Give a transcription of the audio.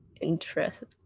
interested